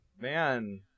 man